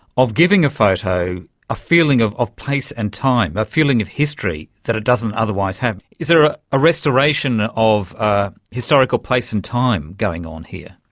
of giving a photo a feeling of of place and time, a feeling of history that it doesn't otherwise have? is there a a restoration of historical place and time going on here?